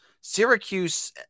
Syracuse